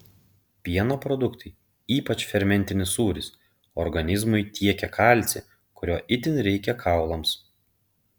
pieno produktai ypač fermentinis sūris organizmui tiekia kalcį kurio itin reikia kaulams